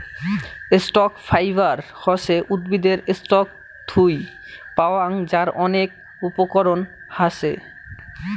stock fibre হসে উদ্ভিদের stock থুই পাওয়াং যার অনেক উপকরণ হাছে